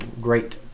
great